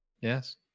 Yes